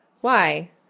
Why